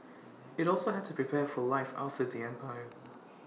IT also had to prepare for life after the empire